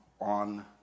on